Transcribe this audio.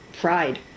pride